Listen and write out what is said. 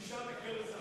שישה בכרס אחת.